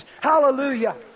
Hallelujah